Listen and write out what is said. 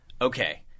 okay